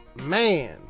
Man